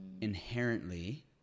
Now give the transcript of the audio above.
Inherently